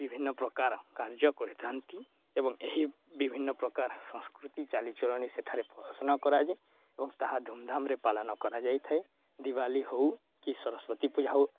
ବିଭିନ୍ନ ପ୍ରକାର କାର୍ଯ୍ୟ କରିଥାନ୍ତି ଏବଂ ଏହି ବିଭିନ୍ନ ପ୍ରକାର ସଂସ୍କୃତି ଚାଲିଚଳଣୀ ସେଠାରେ ପ୍ରହଶନ କରାଯାଏ ଏବଂ ତାହା ଧୁମଧାମରେ ପାଳନ କରାଯାଇଥାଏ ଦୀପାବଳୀ ହଉ କି ସରସ୍ଵତୀ ପୂଜା ହଉ